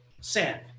Sand